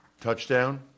touchdown